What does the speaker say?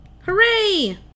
Hooray